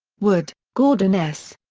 wood, gordon s.